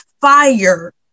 fire